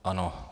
Ano.